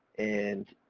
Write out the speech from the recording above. and,